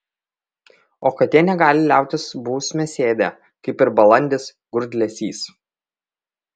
o katė negali liautis buvus mėsėdė kaip ir balandis grūdlesys